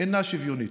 אינה שוויונית.